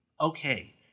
Okay